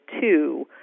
two